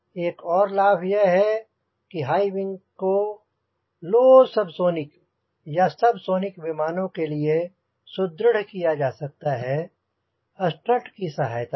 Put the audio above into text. एक और लाभ यह है कि हाईविंग को लो सबसोनिक या सबसोनिक विमानों के लिए सुदृढ़ किया जा सकता है स्ट्रट की सहायता से